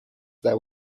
there